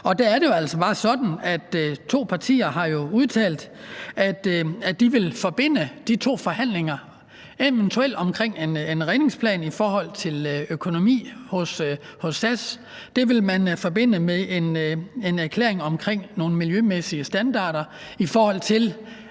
to partier jo har udtalt, at de vil forbinde de to forhandlinger – eventuelt en redningsplan i forhold til økonomi hos SAS – med en erklæring om nogle miljømæssige standarder, i forhold til